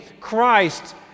Christ